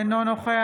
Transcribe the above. אינו נוכח